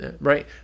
right